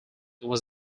was